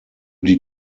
die